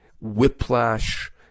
whiplash